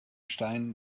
stein